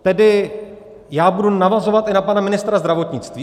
Tedy já budu navazovat i na pana ministra zdravotnictví.